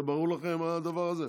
זה ברור לכם, הדבר הזה?